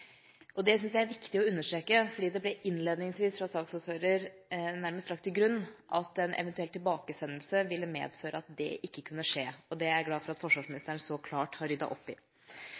spesialstyrkene. Det syns jeg er viktig å understreke, fordi det innledningsvis fra saksordføreren nærmest ble lagt til grunn at en eventuell tilbakesendelse ville medføre at det ikke kunne skje. Det er jeg glad for at forsvarsministeren så klart har ryddet opp i.